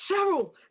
Cheryl